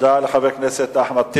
תודה לחבר הכנסת אחמד טיבי.